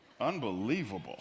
Unbelievable